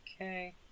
Okay